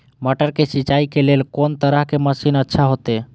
मटर के सिंचाई के लेल कोन तरह के मशीन अच्छा होते?